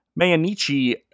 Mayanichi